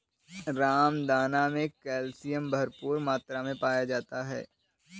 रामदाना मे कैल्शियम भरपूर मात्रा मे पाया जाता है